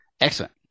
Excellent